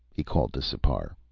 he called to sipar.